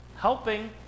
helping